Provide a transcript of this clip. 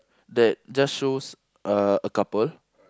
that just shows uh a couple